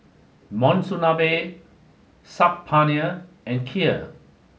Monsunabe Saag Paneer and Kheer